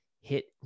hit